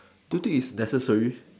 do you think it's necessary